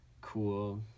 cool